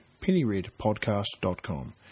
pennyredpodcast.com